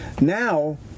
Now